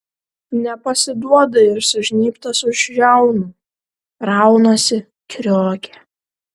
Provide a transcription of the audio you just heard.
nepasiduoda ir sužnybtas už žiaunų raunasi kriokia